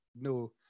no